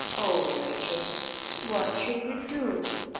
oh, rachel what shall we do?